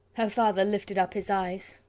her father lifted up his eyes.